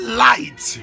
light